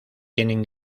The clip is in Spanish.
tienen